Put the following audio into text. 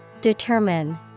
Determine